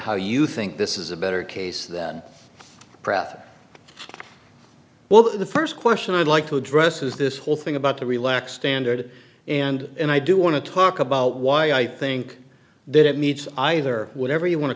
how you think this is a better case than pratt well the first question i'd like to address is this whole thing about to relax standard and i do want to talk about why i think that it needs either whatever you want to